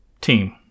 team